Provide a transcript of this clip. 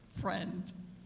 friend